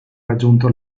raggiunto